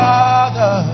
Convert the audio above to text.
Father